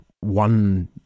one